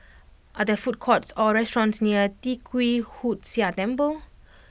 are there food courts or restaurants near Tee Kwee Hood Sia Temple